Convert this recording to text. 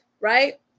right